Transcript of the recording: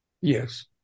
Yes